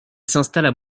s’installent